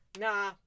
nah